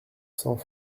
cents